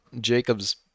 Jacobs